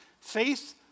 faith